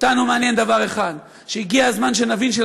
אותנו מעניין דבר אחד: הגיע הזמן ש,